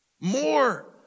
More